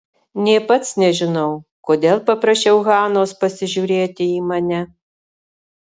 nė pats nežinau kodėl paprašiau hanos pasižiūrėti į mane